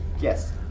Yes